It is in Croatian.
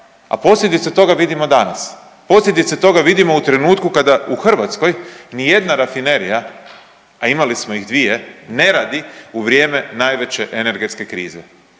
a posljedice toga vidimo danas. Posljedice toga vidimo u trenutku kada u Hrvatskoj ni jedna rafinerija, a imali smo ih dvije ne radi u vrijeme najveće energetske krize.